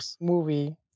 movie